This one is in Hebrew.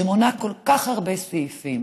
שמונה כל כך הרבה סעיפים,